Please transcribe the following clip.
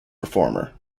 reformer